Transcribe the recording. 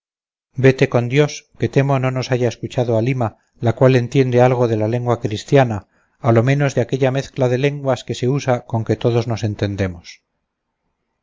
vete con dios que temo no nos haya escuchado halima la cual entiende algo de la lengua cristiana a lo menos de aquella mezcla de lenguas que se usa con que todos nos entendemos